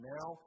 Now